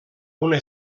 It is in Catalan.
una